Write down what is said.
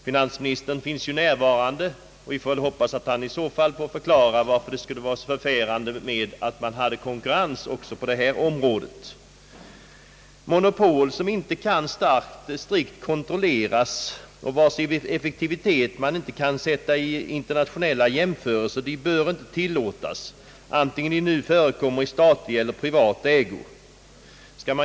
Finansministern är ju i kammaren, och vi får hoppas att han förklarar varför det skulle vara så farligt med konkurrens också på detta område. Monopol, som inte strikt och starkt kan kontrolleras och vars effektivitet man inte kan mäta i internationella jämförelser, bör inte tillåtas, vare sig de förekommer i privat eller statlig ägo.